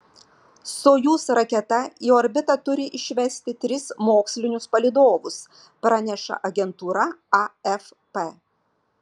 sojuz raketa į orbitą turi išvesti tris mokslinius palydovus praneša agentūra afp